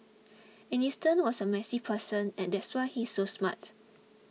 Einstein was a messy person and that's why he's so smart